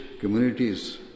communities